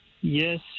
Yes